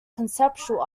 conceptual